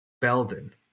Belden